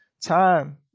time